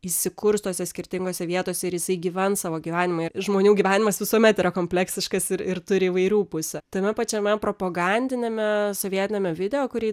įsikurs tose skirtingose vietose ir jisai gyvens savo gyvenimą ir žmonių gyvenimas visuomet yra kompleksiškas ir ir turi įvairių pusių tame pačiame propagandiniame sovietiniame video kurį